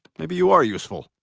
maybe you are useful.